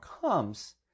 comes